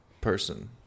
person